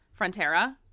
Frontera